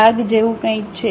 ભાગ જેવું કંઈક છે